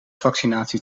vaccinatie